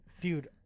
Dude